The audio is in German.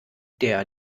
der